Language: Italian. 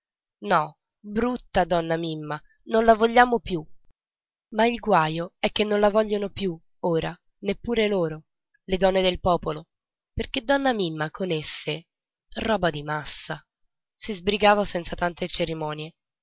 no brutta donna mimma non la vogliamo più ma il guajo è che non la vogliono più ora neppur loro le donne del popolo perché donna mimma con esse roba di massa si sbrigava senza tante cerimonie